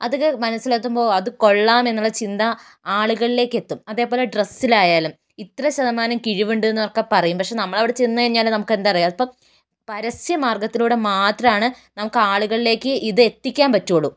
അതൊക്കെ മനസ്സിലെത്തുമ്പോൾ അതു കൊള്ളാമെന്നുള്ള ചിന്ത ആളുകളിലേക്കെത്തും അതേപോലെ ഡ്രസ്സിലായാലും ഇത്ര ശതമാനം കിഴിവുണ്ട് എന്നൊക്കെ പറയും പക്ഷേ നമ്മളവിടെ ചെന്ന് കഴിഞ്ഞാല് നമുക്കെന്തറിയാം ഇപ്പം പരസ്യ മാർഗ്ഗത്തിലൂടെ മാത്രമാണ് നമുക്കാളുകളിലേക്ക് ഇത് എത്തിക്കാൻ പറ്റുള്ളൂ